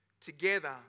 together